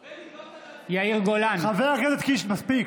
בעד יאיר גולן, נגד חבר הכנסת קיש, מספיק.